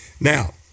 Now